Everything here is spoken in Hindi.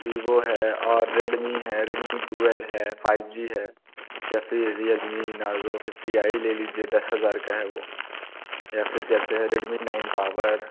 विवो है और रेडमी है रेडमी ट्वेल्व है फ़ाइव जी है या फिर रियलमी नार्ज़ो फ़िफ़्टी आई ले लीजिए दस हज़ार का है वह या फिर जैसे है रेडमी नाइन पावर